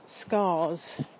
scars